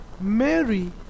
Mary